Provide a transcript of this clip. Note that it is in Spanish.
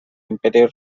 imperio